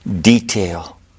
detail